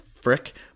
frick